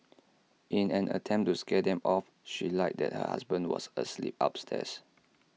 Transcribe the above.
in an attempt to scare them off she lied that her husband was asleep upstairs